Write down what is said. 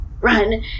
run